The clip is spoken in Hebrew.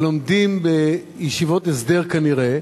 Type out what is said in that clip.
הלומדים בישיבות הסדר, כנראה,